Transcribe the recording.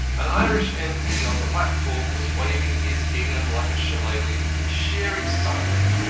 an irish m p. on the platform was waving his gingham like a shillelagh in sheer excitement,